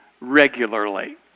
regularly